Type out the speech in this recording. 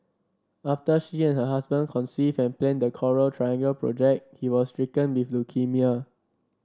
after she and her husband conceived and planned the Coral Triangle project he was stricken with leukaemia